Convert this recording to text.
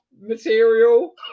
material